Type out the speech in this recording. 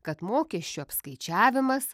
kad mokesčių apskaičiavimas